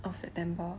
of september